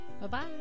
Bye-bye